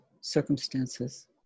circumstances